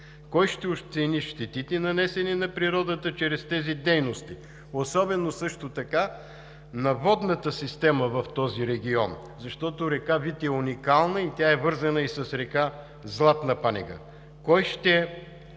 Кой ще оцени щетите, нанесени на природата, чрез тези дейности – особено, също така на водната система в този регион, защото река Вит е уникална и тя е вързана и с река Златна Панега? Кой досега